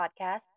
podcast